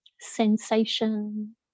sensation